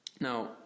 Now